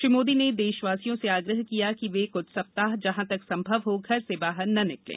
श्री मोदी ने देशवासियों से आग्रह किया कि वे कुछ सप्ताह जहां तक संभव हो घर से बाहर न निकलें